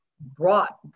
brought